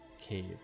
cave